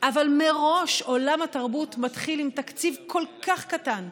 אבל מראש עולם התרבות מתחיל עם תקציב כל כך קטן,